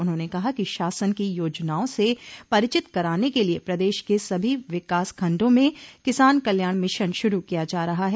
उन्होंने कहा कि शासन की योजनाओं से परचित कराने के लिए प्रदेश के सभी विकास खंडों में किसान कल्याण मिशन श्रू किया जा रहा है